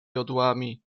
jodłami